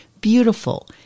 Beautiful